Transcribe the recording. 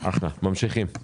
ממשיכים.